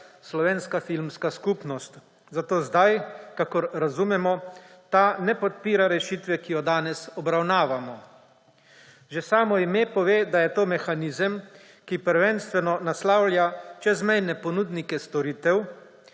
slovenska filmska skupnost. Zato zdaj, kakor razumemo, ta ne podpira rešitve, ki jo danes obravnavamo. Že samo ime pove, da je to mehanizem, ki prvenstveno naslavlja čezmejne ponudnike storitev,